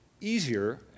easier